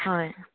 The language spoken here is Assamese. হয়